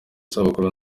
isabukuru